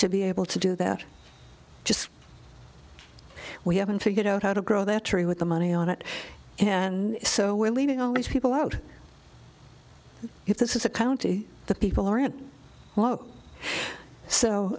to be able to do that just we haven't figured out how to grow that tree with the money on it and so we're leaving all these people out if this is a county that people aren't so